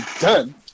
done